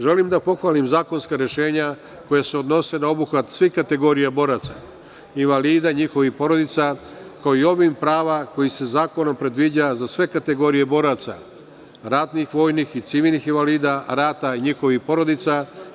Želim da pohvalim zakonska rešenja koja se odnose na obuhvat svih kategorija boraca, invalida i njihovih porodica, kao i obim prava koji se zakonom predviđa za sve kategorije boraca ratnih, vojnih i civilnih invalida rata i njihovih porodica.